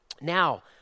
Now